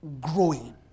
growing